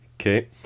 Okay